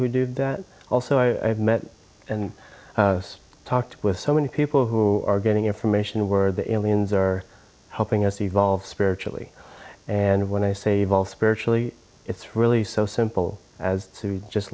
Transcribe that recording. who do that also i've met and talked with so many people who are getting information were the aliens are helping us evolve spiritually and when i save all spiritually it's really so simple as to just